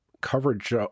coverage